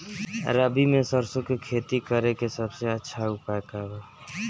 रबी में सरसो के खेती करे के सबसे अच्छा उपाय का बा?